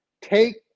Take